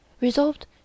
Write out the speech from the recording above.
resolved